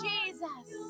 Jesus